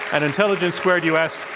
and intelligence squared u. s.